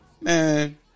Man